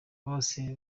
bose